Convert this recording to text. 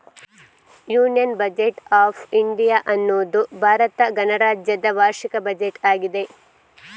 union budget of India ಅನ್ನುದು ಭಾರತ ಗಣರಾಜ್ಯದ ವಾರ್ಷಿಕ ಬಜೆಟ್ ಆಗಿದೆ